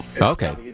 Okay